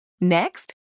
Next